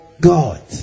God